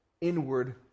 inward